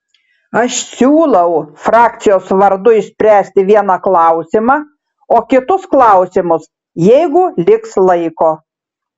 aš siūlau frakcijos vardu išspręsti vieną klausimą o kitus klausimus jeigu liks laiko